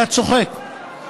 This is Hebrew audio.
היה צוחק.